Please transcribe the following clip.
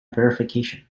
verification